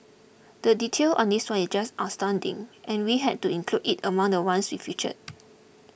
the detail on this one is just astounding and we had to include it among the ones we featured